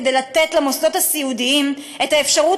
כדי לתת למוסדות הסיעודיים את האפשרות